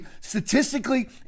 statistically